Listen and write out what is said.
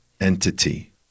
entity